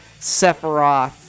Sephiroth